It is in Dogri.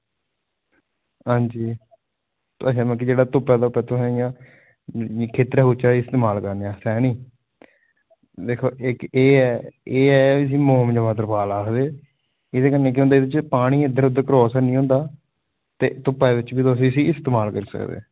आं जी तुसें मतलब धुप्पा जेह्ड़ा इंया खेत्तरै ई इस्तेमाल करने आस्तै ऐनी दिक्खो इक्क एह् ऐ एह् ऐ इसगी मोम तरपाल आक्खदे एह्दे कन्नै केह् होंदा की एह्दे कन्नै पानी इद्धर उद्धर क्रॉस निं होंदा ते धुप्पा बिच बी तुस इसगी इस्तेमाल करी सकदे